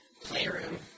Playroom